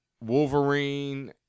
Wolverine